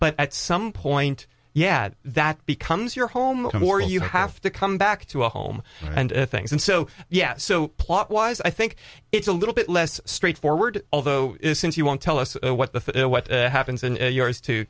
but at some point yeah that becomes your home or you have to come back to a home and things and so yeah so plot wise i think it's a little bit less straightforward although since you won't tell us what the what happens in your is too